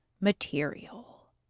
material